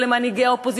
ולמנהיגי האופוזיציה,